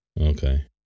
Okay